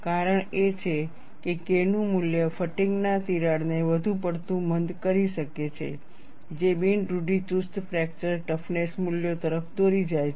કારણ એ છે કે K નું ઊંચું મૂલ્ય ફટીગના તિરાડને વધુ પડતું મંદ કરી શકે છે જે બિન રૂઢિચુસ્ત ફ્રેક્ચર ટફનેસ મૂલ્યો તરફ દોરી જાય છે